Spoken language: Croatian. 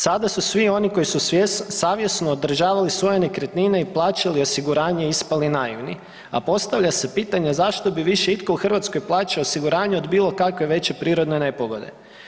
Sada su svi oni koji su savjesno održavali svoje nekretnine i plaćali osiguranje ispali naivni, a postavlja se pitanje zašto bi više itko u Hrvatskoj plaćao osiguranje od bilo kakve veće prirodne nepogode.